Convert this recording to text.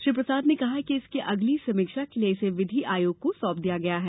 श्री प्रसाद ने कहा कि इसकी अगली समीक्षा के लिए इसे विधि आयोग को सौंप दिया गया है